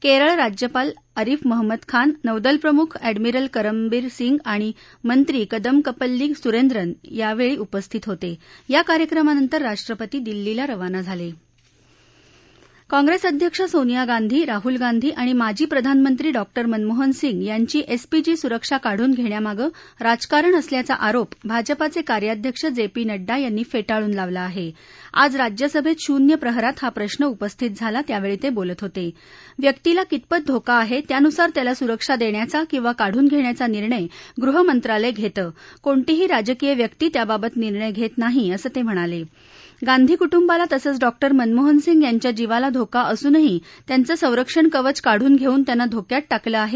क्रिक राज्यपाल अरिफ महम्मद खान नौदलप्रमुख अॅडमिरल करमबीर सिंग आणि मंत्री कदमकपल्ली सुरेंद्रन यावळी उपस्थित होता बा कार्यक्रमानंतर राष्ट्रपती दिल्लीला रवाना झाला काँग्रस्तिया अध्यक्ष सोनिया गांधी राहल गांधी आणि माजी प्रधानमंत्री डॉक्टर मनमोहन सिंग यांची एसपीजी सुरक्षा काढून घण्जामानं राजकारण असल्याचा आरोप भाजपाचक्रियाध्यक्ष जप्ती नङ्डा यांनी फटिळून लावला आह आज राज्यसभप्त शून्य प्रहरात हा प्रश्न उपस्थित झाला त्यावळी तब्रिलत होत उयक्तीला कितपत धोका आह त्यानुसार त्याला सुरक्षा दष्ट्राचा किंवा काढून घष्ड्राचा निर्णय गृहमंत्रालय घर्त कोणतीही राजकीय व्यक्ती त्यावावत निर्णय घर्तनाही असं त हिणालगांधी कुटुंबाला तसंच डॉक्टर मनमोहन सिंग यांच्या जीवाला धोका असूनही त्यांच संरक्षण कवच काढून घेस्ठिन त्यांना धोक्यात टाकलं आह